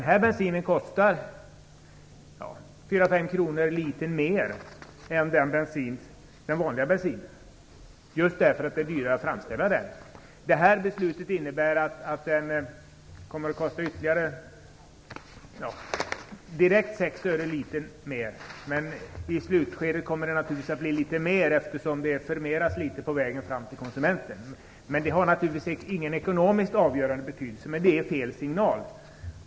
Akrylatbensinen kostar 4-5 kr mer per liter än den vanliga bensinen just därför att den är dyrare att framställa. Detta beslut innebär att den direkt kommer att kosta ytterligare 6 öre mer per liter. I slutskedet kommer det naturligtvis att bli litet mer eftersom priset förmeras på vägen fram till konsumenten. Det har naturligtvis ingen ekonomiskt avgörande betydelse, men det är fel signal.